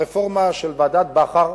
הרפורמה של ועדת-בכר,